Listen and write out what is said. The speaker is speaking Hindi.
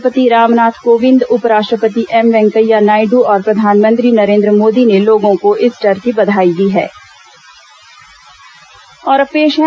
राष्ट्रपति रामनाथ कोविंद उप राष्ट्रपति एम वेंकैया नायडू और प्रधानमंत्री नरेंद्र मोदी ने लोगों को ईस्टर की बधाई दी है